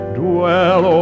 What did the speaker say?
dwell